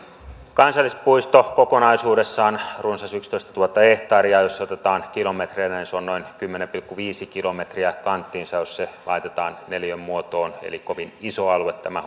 kansallispuisto on kokonaisuudessaan runsas yksitoistatuhatta hehtaaria jos otetaan kilometreinä niin se on noin kymmenen pilkku viisi kilometriä kanttiinsa jos se laitetaan neliön muotoon eli kovin iso alue tämä